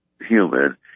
human